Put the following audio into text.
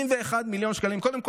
קודם כול,